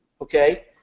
okay